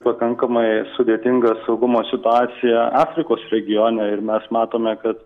pakankamai sudėtinga saugumo situacija afrikos regione ir mes matome kad